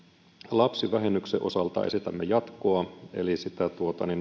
lapsivähennyksen osalta esitämme jatkoa eli sitä